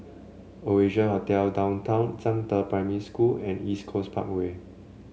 Oasia Hotel Downtown Zhangde Primary School and East Coast Parkway